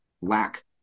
lack